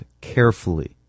carefully